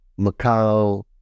Macau